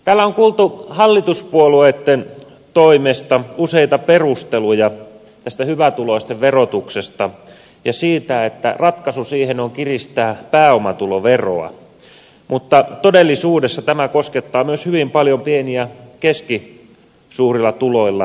täällä on kuultu hallituspuolueitten toimesta useita perusteluja tästä hyvätuloisten verotuksesta ja siitä että ratkaisu siihen on kiristää pääomatuloveroa mutta todellisuudessa tämä koskettaa myös hyvin paljon pienillä ja keskisuurilla tuloilla eläviä